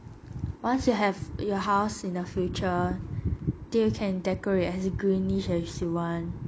once you have your house in the future then you can decorate as greenish as you want